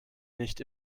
nicht